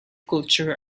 culture